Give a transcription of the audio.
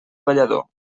ballador